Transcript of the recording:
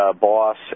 boss